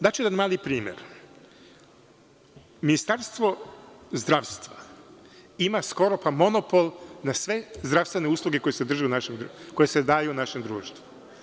Daću jedan mali primer, Ministarstvo zdravstva ima skoro, pa monopol na sve zdravstvene usluge koje se daju našem društvu.